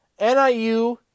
NIU